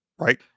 right